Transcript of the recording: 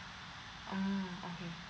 mm okay